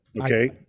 Okay